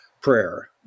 prayer